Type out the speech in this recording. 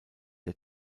der